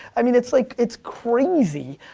i mean it's like, it's crazy.